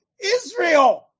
Israel